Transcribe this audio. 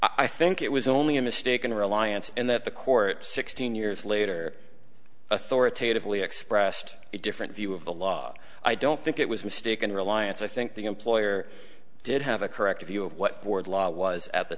i think it was only a mistaken reliance and that the court sixteen years later authoritatively expressed a different view of the law i don't think it was mistaken reliance i think the employer did have a correct view of what board law was at the